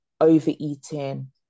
overeating